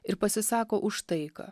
ir pasisako už taiką